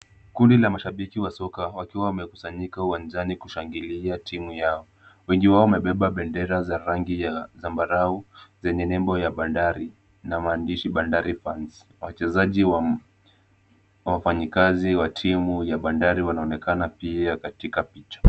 Kundi wa mashabiki wa soka wakiwa wamekusanyika uwanjani kushangilia timu yao. Wengi wao wamebeba bendera za rangi ya zambarau zenye nembo ya Bandari na maandishi Bandari fans . Wachezaji wa wafanyakazi wa timu ya Bandari wanaonekana pia katika picha.